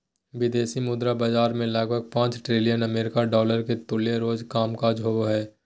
विदेशी मुद्रा बाजार मे लगभग पांच ट्रिलियन अमेरिकी डॉलर के तुल्य रोज कामकाज होवो हय